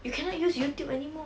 you cannot use Youtube anymore